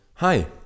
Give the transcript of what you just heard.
Hi